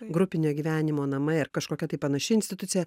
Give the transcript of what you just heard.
grupinio gyvenimo namai ar kažkokia tai panaši institucija